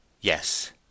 Yes